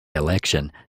election